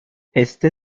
este